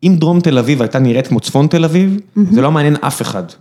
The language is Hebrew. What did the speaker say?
אם דרום תל אביב הייתה נראית כמו צפון תל אביב, זה לא מעניין אף אחד.